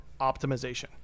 optimization